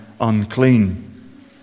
unclean